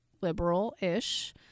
liberal-ish